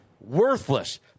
worthless